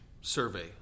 survey